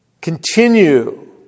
Continue